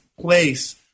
place